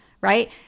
right